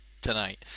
tonight